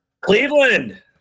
Cleveland